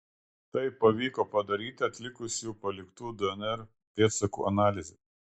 tai pavyko padaryti atlikus jų paliktų dnr pėdsakų analizę